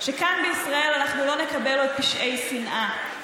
שכאן בישראל אנחנו לא נקבל עוד פשעי שנאה,